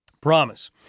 Promise